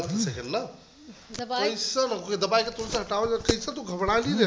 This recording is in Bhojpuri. पानी छीरक के धुल गरदा के भी रोकल जाला